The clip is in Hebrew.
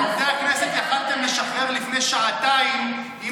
את עובדי הכנסת יכולתם לשחרר לפני שעתיים אם